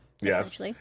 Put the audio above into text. yes